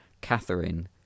Catherine